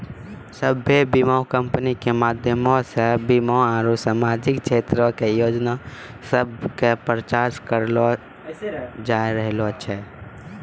सभ्भे बीमा कंपनी के माध्यमो से बीमा आरु समाजिक क्षेत्रो के योजना सभ के प्रचार करलो जाय रहलो छै